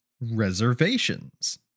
reservations